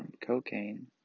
cocaine